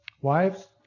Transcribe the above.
wives